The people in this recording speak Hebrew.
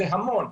זה המון.